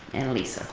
annelise.